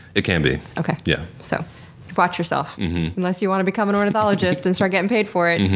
it can be. okay. yeah so watch yourself unless you want to become an ornithologist and start getting paid for it. and